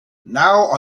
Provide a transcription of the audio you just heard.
now